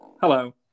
Hello